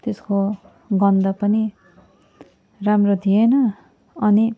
त्यसको गन्ध पनि राम्रो थिएन अनि